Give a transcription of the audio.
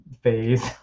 phase